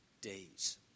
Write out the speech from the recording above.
days